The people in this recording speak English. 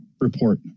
Report